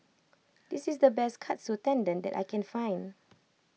this is the best Katsu Tendon that I can find